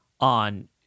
on